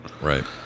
right